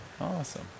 Awesome